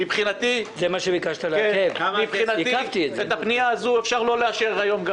מבחינתי את הפנייה הזאת אפשר לא לאשר היום.